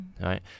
right